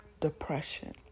depression